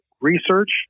research